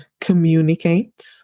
communicate